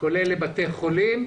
כולל לבתי חולים.